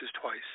twice